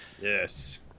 Yes